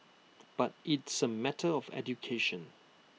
but it's A matter of education